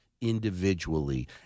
individually